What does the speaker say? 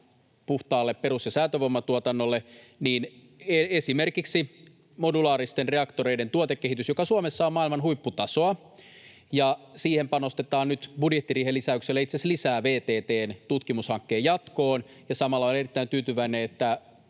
puhtaalle perus- ja säätövoiman tuotannolle, ja siksi esimerkiksi modulaaristen reaktoreiden tuotekehitykseen, joka Suomessa on maailman huipputasoa, panostetaan nyt budjettiriihen lisäyksellä itse asiassa lisää VTT:n tutkimushankkeen jatkoon. Samalla olen erittäin tyytyväinen, että